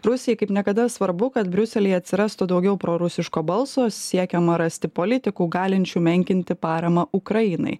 rusijai kaip niekada svarbu kad briuselyje atsirastų daugiau prorusiško balso siekiama rasti politikų galinčių menkinti paramą ukrainai